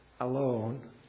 alone